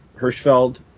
Hirschfeld